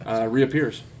reappears